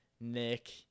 Nick